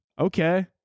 Okay